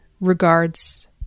Regards